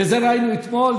ואת זה ראינו אתמול,